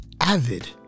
avid